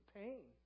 pain